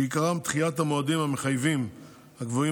שעיקרם דחיית המועדים המחייבים הקבועים